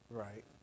right